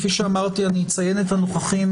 אנחנו נותנים להם את דברי הפתיחה.